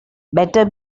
better